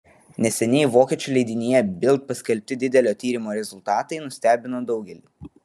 neseniai vokiečių leidinyje bild paskelbti didelio tyrimo rezultatai nustebino daugelį